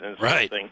Right